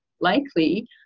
Likely